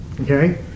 Okay